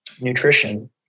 nutrition